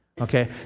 Okay